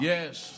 Yes